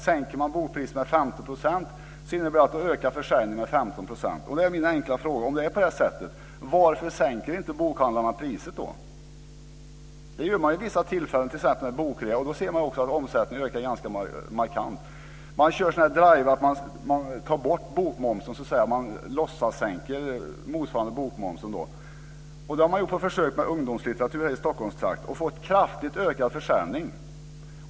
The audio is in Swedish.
Sänker man bokpriset med 15 % innebär det att försäljningen ökar med 15 %. Då är min enkla fråga: Om det är på det sättet, varför sänker då inte bokhandlarna priset? Man gör det vid vissa tillfällen, t.ex. vid bokrean, och då ser vi också att omsättningen ökar ganska markant. Man kör också drivar där man låtsas ta bort bokmomsen och sänker priset i motsvarande mån. Det har man gjort på försök med ungdomslitteratur här i Stockholmstrakten och fått kraftigt ökad försäljning.